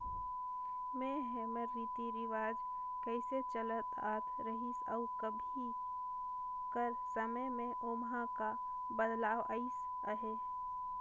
में हमर रीति रिवाज कइसे चलत आत रहिस अउ अभीं कर समे में ओम्हां का बदलाव अइस अहे